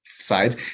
side